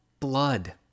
Blood